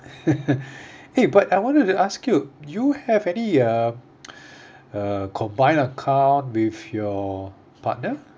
hey but I wanted to ask you you have any uh uh combine account with your partner